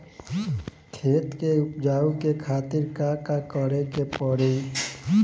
खेत के उपजाऊ के खातीर का का करेके परी?